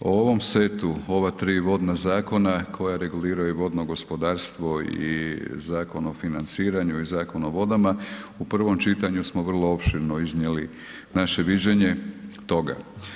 O ovom setu ova tri vodna zakona koja reguliraju vodno gospodarstvo i Zakon o financiranju i Zakon o vodama u prvom čitanju smo vrlo opširno iznijeli naše viđenje toga.